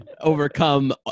overcome